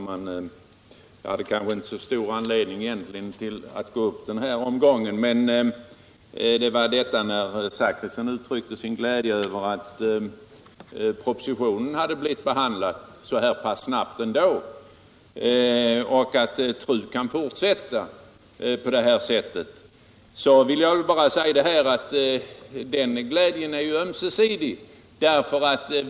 Herr talman! Jag har kanske inte så stor anledning att gå upp i den här omgången. Men eftersom herr Zachrisson uttryckte sin glädje över att propositionen blivit behandlad så här snabbt som den blivit och att TRU kan fortsätta sin verksamhet vill jag anföra att den glädjen är ömsesidig.